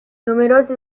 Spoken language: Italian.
numerose